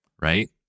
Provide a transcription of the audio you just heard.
right